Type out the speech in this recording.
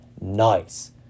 nice